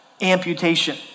amputation